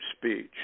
speech